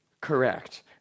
Correct